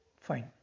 fine